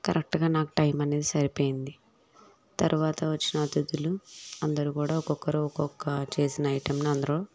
కరెక్ట్గా నాకు టైం అనేది సరిపోయింది తరవాత వచ్చిన అతిథులు అందరూ కూడా ఒక్కొక్కరు ఒక్కొక్క చేసిన ఐటెమ్ని అందరూ